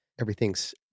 everything's